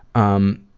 um,